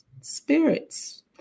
spirits